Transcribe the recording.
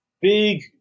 big